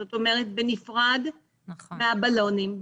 זאת אומרת בנפרד מהבלונים,